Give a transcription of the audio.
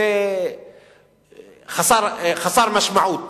חסר משמעות.